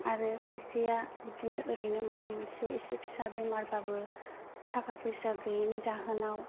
आरो खायसेया बिदिनो ओरैनो माबा माबे मोनसे एसे फिसा बेमारबाबो थाखा फैसा गैयैनि जाहोनाव